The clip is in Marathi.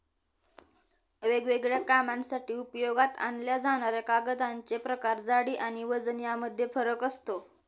वेगवेगळ्या कामांसाठी उपयोगात आणल्या जाणाऱ्या कागदांचे प्रकार, जाडी आणि वजन यामध्ये फरक असतो